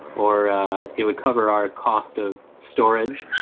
or it would cover our cost of storage,